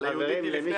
אבל היהודית היא לפני